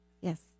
Yes